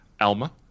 Alma